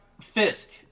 fisk